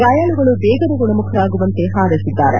ಗಾಯಾಳುಗಳು ಬೇಗನೆ ಗುಣಮುಖರಾಗುವಂತೆ ಹಾರೈಸಿದ್ದಾರೆ